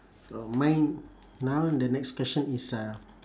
so mine now the next question is a